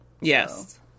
yes